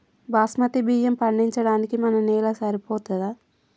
బాస్మతి బియ్యం పండించడానికి మన నేల సరిపోతదా?